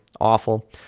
awful